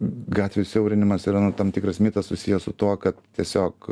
gatvių siaurinimas yra nu tam tikras mitas susijęs su tuo kad tiesiog